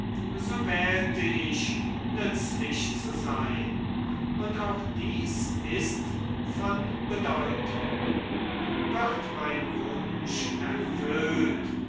so wählte ich nützlich zu sein und auch dies ist von bedeutung wird mein wunsch erfüllt